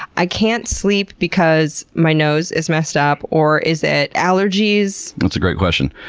i can't sleep because my nose is messed up? or is it allergies? that's a great question.